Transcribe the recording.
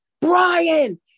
Brian